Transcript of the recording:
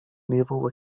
naval